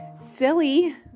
Silly